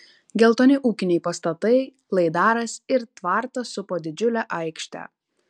geltoni ūkiniai pastatai laidaras ir tvartas supo didžiulę aikštę